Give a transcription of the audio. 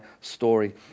story